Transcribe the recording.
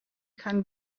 can